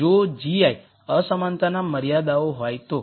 જો gi અસમાનતાના મર્યાદાઓ હોય તો